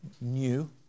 new